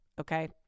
Okay